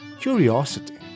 curiosity